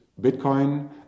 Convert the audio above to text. Bitcoin